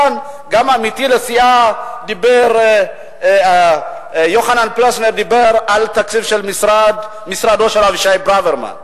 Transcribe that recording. גם עמיתי לסיעה יוחנן פלסנר דיבר כאן על תקציב משרדו של אבישי ברוורמן.